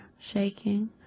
shaking